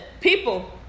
people